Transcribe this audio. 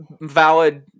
valid